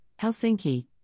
Helsinki